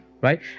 right